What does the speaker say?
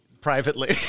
privately